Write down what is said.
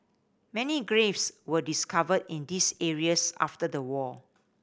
many graves were discovered in these areas after the war